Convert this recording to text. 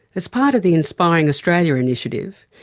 as part of the inspiring australia initiative,